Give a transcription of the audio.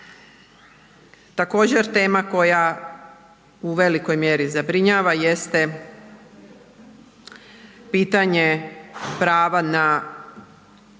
Također tema koja u velikoj mjeri zabrinjava jeste pitanje prava na,